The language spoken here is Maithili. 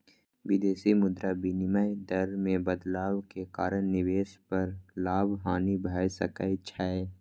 विदेशी मुद्रा विनिमय दर मे बदलाव के कारण निवेश पर लाभ, हानि भए सकै छै